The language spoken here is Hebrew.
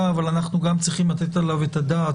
אבל אנחנו גם צריכים לתת עליו את הדעת.